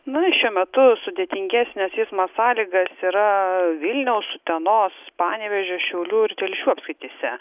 na šiuo metu sudėtingesnės eismo sąlygas yra vilniaus utenos panevėžio šiaulių ir telšių apskrityse